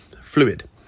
fluid